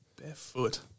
Barefoot